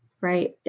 right